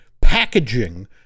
packaging